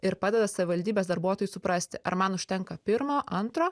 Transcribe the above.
ir padeda savivaldybės darbuotojui suprasti ar man užtenka pirmo antro